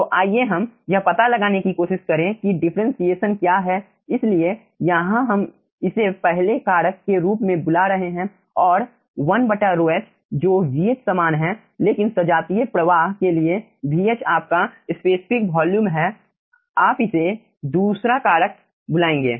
तो आइए हम यह पता लगाने की कोशिश करें कि डिफरेंटशिएशन क्या है इसलिए यहां हम इसे पहले कारक के रूप में बुला रहे हैं और 1ρh जो vh समान है लेकिन सजातीय प्रवाह के लिए Vh आपका स्पेसिफिक वॉल्यूम है आप इसे दूसरा कारक बुलाएंगे